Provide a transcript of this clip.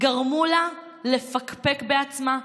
גרמו לה לפקפק בעצמה,